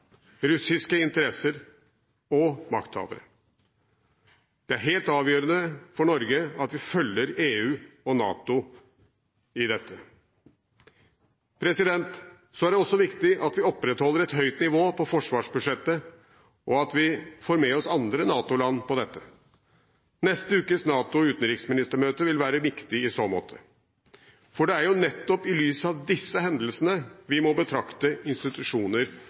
makthavere. Det er helt avgjørende for Norge at vi følger EU og NATO i dette. Det er også viktig at vi opprettholder et høyt nivå på forsvarsbudsjettene, og at vi får med oss andre NATO-land på det. Neste ukes NATO-utenriksministermøte vil være viktig i så måte. Det er jo nettopp i lys av disse hendelsene vi må betrakte institusjoner